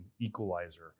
equalizer